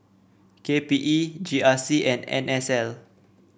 K P E G R C and N S L